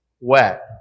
wet